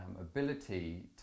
ability